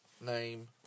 name